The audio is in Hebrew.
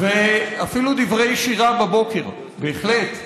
אפילו דברי שירה בבוקר, בהחלט,